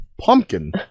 pumpkin